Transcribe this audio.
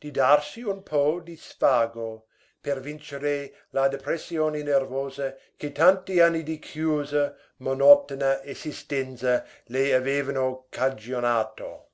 di darsi un po di svago per vincere la depressione nervosa che tanti anni di chiusa monotona esistenza le avevano cagionato